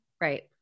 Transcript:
Right